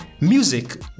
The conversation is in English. music